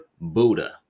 Buddha